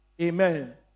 Amen